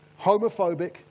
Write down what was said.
Homophobic